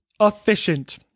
efficient